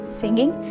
singing